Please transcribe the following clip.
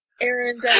Aaron